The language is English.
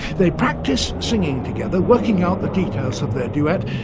they practice singing together, working out the details of their duet,